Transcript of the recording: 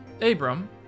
Abram